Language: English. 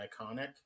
iconic